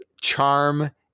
charm